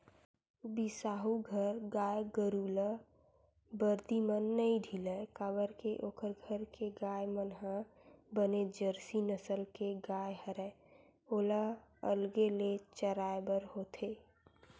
बिसाहू घर गाय गरु ल बरदी म नइ ढिलय काबर के ओखर घर के गाय मन ह बने जरसी नसल के गाय हरय ओला अलगे ले चराय बर होथे